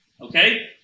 okay